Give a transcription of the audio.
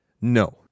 No